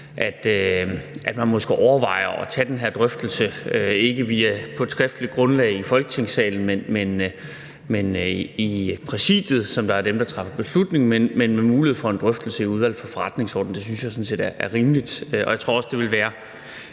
til måske at overveje at tage den her drøftelse, ikke på et skriftligt grundlag i Folketingssalen, men i Præsidiet, som er dem, der træffer beslutning, men med mulighed for en drøftelse i Udvalget for Forretningsordenen. Det synes jeg sådan set er rimeligt. Og jeg tror også, at det vil være